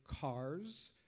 cars